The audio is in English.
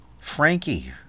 Frankie